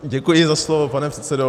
Děkuji za slovo, pane předsedo.